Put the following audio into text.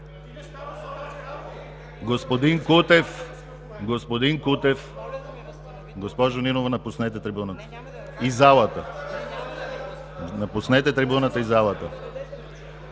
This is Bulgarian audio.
Господин Кутев! Господин Кутев! Госпожо Нинова, напуснете трибуната и залата!